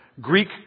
Greek